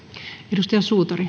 arvoisa